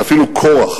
ואפילו כוח